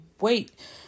wait